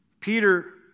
Peter